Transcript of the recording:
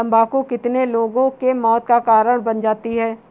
तम्बाकू कितने लोगों के मौत का कारण बन जाती है